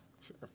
Sure